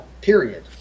period